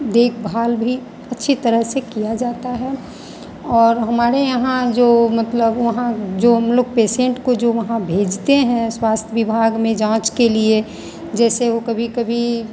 देखभाल भी अच्छी तरह से किया जाता है और हमारे यहाँ जो मतलब वहाँ जो हम लोग पेशेंट को वहाँ भेजते हैं स्वास्थ्य विभाग में जांच के लिए जैसे ओ कभी कभी